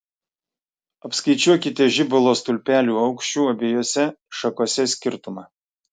apskaičiuokite žibalo stulpelių aukščių abiejose šakose skirtumą